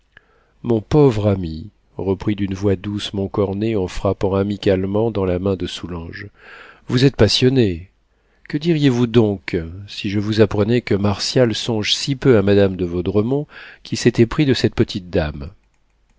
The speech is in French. mon pauvre ami reprit d'une voix douce montcornet en frappant amicalement dans la main de soulanges vous êtes passionné que diriez-vous donc si je vous apprenais que martial songe si peu à madame de vaudremont qu'il s'est épris de cette petite dame